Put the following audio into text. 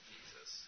Jesus